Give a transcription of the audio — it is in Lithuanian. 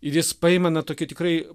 ir jis paima na tokį tikrai